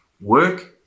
Work